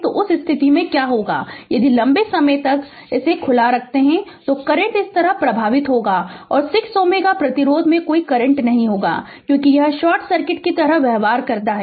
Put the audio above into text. तो उस स्थिति में क्या होगा कि यदि यह लंबे समय तक खुला रहता है तो करंट इस तरह प्रवाहित होगा और 6 Ω प्रतिरोध में कोई करंट नहीं होगा क्योंकि यह शॉर्ट सर्किट की तरह व्यवहार करता है